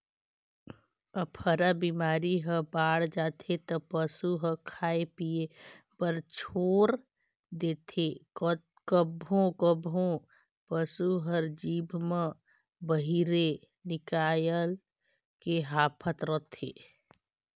अफरा बेमारी ह बाड़ जाथे त पसू ह खाए पिए बर छोर देथे, कभों कभों पसू हर जीभ ल बहिरे निकायल के हांफत रथे